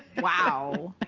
wow!